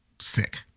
sick